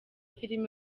film